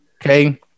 Okay